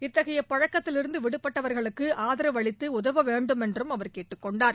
இத்தகைய பழக்கத்திலிருந்து விடுபட்டவர்களுக்கு ஆதரவு அளித்து உதவவேண்டும் என்றும் அவர் கேட்டுக்கொண்டார்